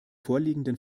vorliegenden